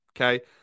Okay